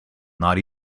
not